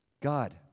God